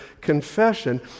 confession